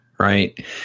Right